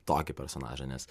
tokį personažą nes